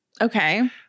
Okay